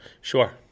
Sure